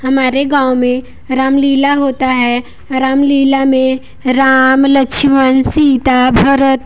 हमारे गाँव में रामलीला होता है रामलीला में राम लक्ष्मण सीता भरत